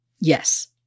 Yes